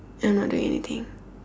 I'm not doing anything